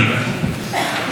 1 מול 119,